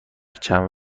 چند